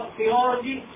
theology